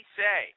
say